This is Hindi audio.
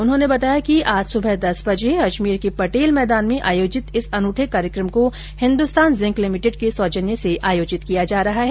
उन्होंने बताया कि आज सुबह दस बजे अजमेर के पटेल मैदान में आयोजित इस अनूठे कार्यक्रम को हिंदुस्तान जिंक लिमिटेड के सौजन्य से आयोजित किया जा रहा है